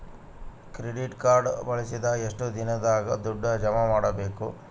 Credit card ಬಳಸಿದ ಎಷ್ಟು ದಿನದಾಗ ದುಡ್ಡು ಜಮಾ ಮಾಡ್ಬೇಕು?